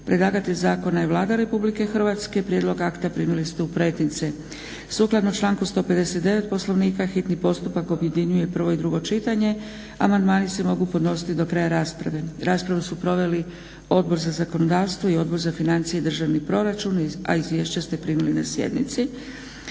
Predlagatelj zakona je Vlada Republike Hrvatske. Prijedlog akta primili ste u pretince. Sukladno članku 159. Poslovnika hitni postupak objedinjuje prvo i drugo čitanje. Amandmani se mogu podnositi do kraja rasprave. Raspravu su proveli Odbor za zakonodavstvo i Odbor za financije i državni proračun. Izvješća ste primili na sjednici.